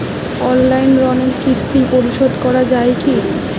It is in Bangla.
অনলাইন ঋণের কিস্তি পরিশোধ করা যায় কি?